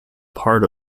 part